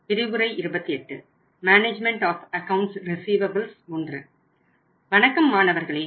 வணக்கம் மாணவர்களே